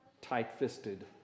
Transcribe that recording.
tight-fisted